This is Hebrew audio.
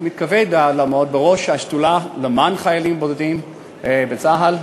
מתכבד לעמוד בראש השדולה למען חיילים בודדים בצה"ל.